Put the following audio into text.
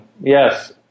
Yes